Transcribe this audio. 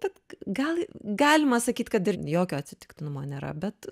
tad gal galima sakyt kad ir jokio atsitiktinumo nėra bet